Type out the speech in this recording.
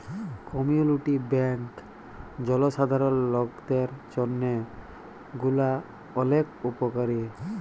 community bank জলসাধারল লকদের জন্হে গুলা ওলেক উপকারী